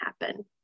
happen